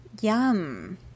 Yum